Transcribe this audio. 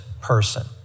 person